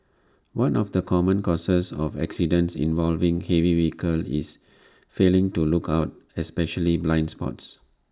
one of the common causes of accidents involving heavy vehicles is failing to look out especially blind spots